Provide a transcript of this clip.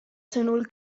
sõnul